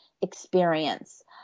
experience